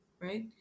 right